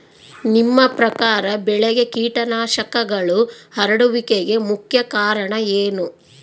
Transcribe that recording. ನಿಮ್ಮ ಪ್ರಕಾರ ಬೆಳೆಗೆ ಕೇಟನಾಶಕಗಳು ಹರಡುವಿಕೆಗೆ ಮುಖ್ಯ ಕಾರಣ ಏನು?